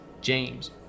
James